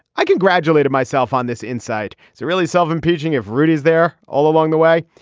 i congratulated myself on this insight is it really self impeaching if rudy is there all along the way.